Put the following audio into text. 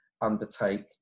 undertake